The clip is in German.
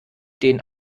den